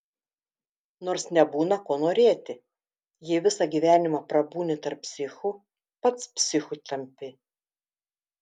nors nebūna ko norėti jei visą gyvenimą prabūni tarp psichų pats psichu tampi